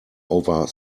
over